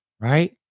right